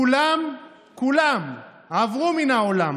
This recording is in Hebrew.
כולם כולם עברו מן העולם,